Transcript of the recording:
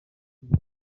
niko